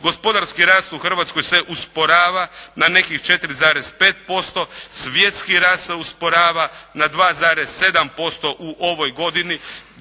gospodarski rast u Hrvatskoj se usporava na nekih 4,5%, svjetski rast se usporava na 2,7% u ovoj godini,